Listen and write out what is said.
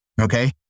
Okay